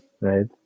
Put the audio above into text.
right